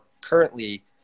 currently –